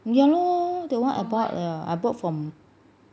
ya lor that [one] I bought bought from